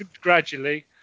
gradually